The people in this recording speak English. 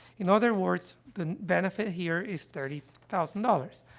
in other words, the benefit here is thirty thousand dollars.